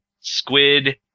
squid